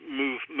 move